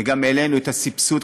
וגם העלינו את הסבסוד,